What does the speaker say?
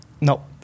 No